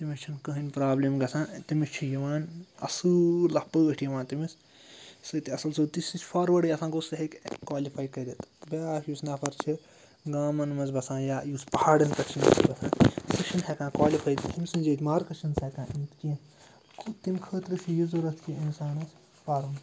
تٔمِس چھِنہٕ کٕہۭنۍ پرٛابلِم گَژھان تٔمِس چھِ یِوان اَصۭلا پٲٹھۍ یِوان تٔمِس سۭتۍ تہِ اَصٕل سۄ تِژھ ہِچ فاروٲڈٕے آسان گوٚو سُہ ہیٚکہِ کالِفَے کٔرِتھ بیٛاکھ یُس نَفَر چھِ گامَن منٛز بَسان یا یُس پَہاڑَن پٮ۪ٹھ چھِ نَفر بَسان سُہ چھِنہٕ ہٮ۪کان کالِفَے مارکٕس چھُنہٕ سُہ ہٮ۪کان أنِتھ کیٚنٛہہ گوٚو تَمہِ خٲطرٕ چھُ یہِ ضوٚرتھ کہِ اِنسانَس پَرُن